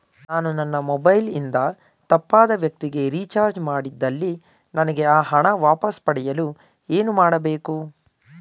ನಾನು ನನ್ನ ಮೊಬೈಲ್ ಇಂದ ತಪ್ಪಾದ ವ್ಯಕ್ತಿಗೆ ರಿಚಾರ್ಜ್ ಮಾಡಿದಲ್ಲಿ ನನಗೆ ಆ ಹಣ ವಾಪಸ್ ಪಡೆಯಲು ಏನು ಮಾಡಬೇಕು?